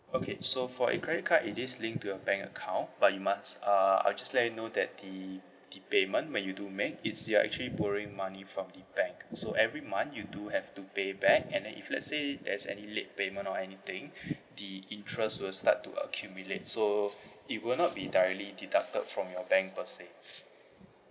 okay so for a credit card it is linked to your bank account but you must uh I'll just let you know that the the payment when you do make it's you're actually borrowing money from the bank so every month you do have to pay back and then if let's say there's any late payment or anything the interest will start to accumulate so it will not be directly deducted from your bank per se